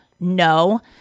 No